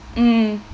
mm